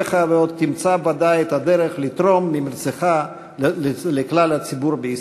מכישוריך ועוד תמצא ודאי את הדרך לתרום ממרצך לכלל הציבור בישראל.